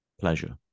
pleasure